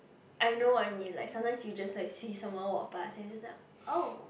I know what you mean like sometimes you just like see someone walk past then you just like oh